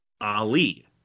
Ali